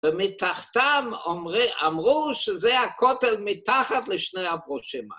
ומתחתם אמרו שזה הכותל מתחת לשני הברושים.